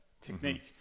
technique